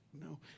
no